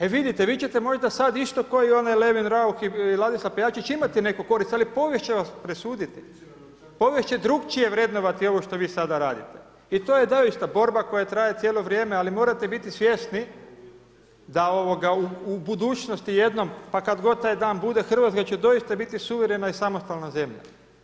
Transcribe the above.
E vidite mvi ćete možda sad isto kao i onaj Levin Rauch i Ladislav Pejačević imati neku korist ali povijest će vas presuditi, povijest će drukčije vrednovati ovo što vi sada radite i to je zaista borba koja traje cijelo vrijeme ali morate biti svjesni da u budućnosti jednom pa kad god taj dan bude, Hrvatska će doista biti suverena i samostalna zemlja.